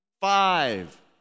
Five